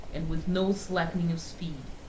and with no slackening of speed.